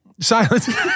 Silence